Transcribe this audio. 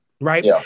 Right